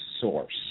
source